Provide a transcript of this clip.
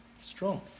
strong